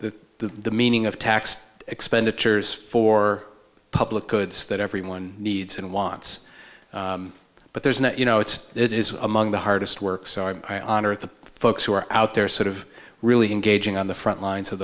know the meaning of tax expenditures for public goods that everyone needs and wants but there's not you know it's it is among the hardest work so i honor of the folks who are out there sort of really engaging on the front lines of